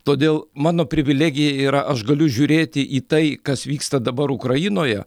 todėl mano privilegija yra aš galiu žiūrėti į tai kas vyksta dabar ukrainoje